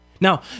Now